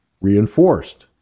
reinforced